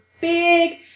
big